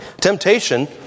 Temptation